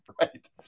right